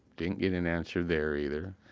didn't get an answer there either.